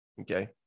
Okay